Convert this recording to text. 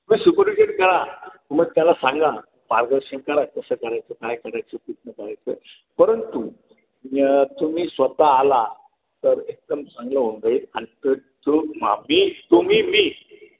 तुम्ही सुपरविजेन करा तुम्ही त्याला सांगा मार्गदर्शन करा कसं करायचं काय करायचं कुठून करायचं परंतु तुम्ही स्वतः आला तर एकदम चांगलं होऊन जाईल आणि त तु मी तुम्ही मी